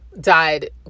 died